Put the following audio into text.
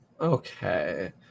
Okay